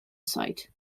site